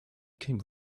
came